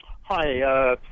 Hi